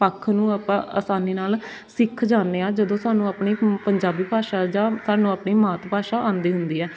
ਪੱਖ ਨੂੰ ਆਪਾਂ ਆਸਾਨੀ ਨਾਲ ਸਿੱਖ ਜਾਂਦੇ ਹਾਂ ਜਦੋਂ ਸਾਨੂੰ ਆਪਣੀ ਪੰਜਾਬੀ ਭਾਸ਼ਾ ਜਾਂ ਸਾਨੂੰ ਆਪਣੀ ਮਾਤ ਭਾਸ਼ਾ ਆਉਂਦੀ ਹੁੰਦੀ ਹੈ